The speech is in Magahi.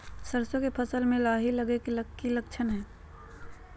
सरसों के फसल में लाही लगे कि लक्षण हय?